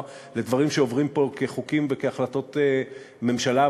לדברים שעוברים פה כחוקים וכהחלטות ממשלה,